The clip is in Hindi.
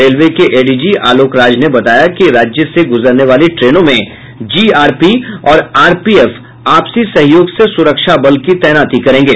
रेलवे के एडीजी आलोक राज ने बताया कि राज्य से गुजरने वाली ट्रेनों में जीआरपी और आरपीएफ आपसी सहयोग से सुरक्षा बल की तैनाती करेंगे